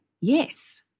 yes